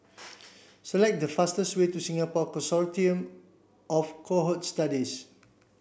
select the fastest way to Singapore Consortium of Cohort Studies